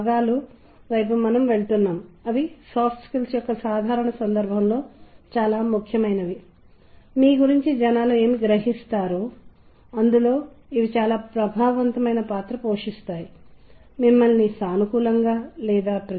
శృంగార సంగీత భూమికలు అనుబంధించబడ్డాయి శృంగారం లేకుండా ఈ చిత్రం దాని క్రింద వ్రాయబడింది విచారకరమైన సంగీత భూమికలు దీనితో అనుబంధించబడ్డాయి ప్రశాంతమైన మరియు శాంతియుతమైనవి ఈ నిర్దిష్ట చిత్రంతో అనుబంధించబడ్డాయి